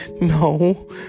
No